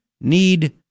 need